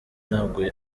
ntabwo